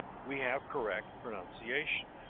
we have correct pronunciation.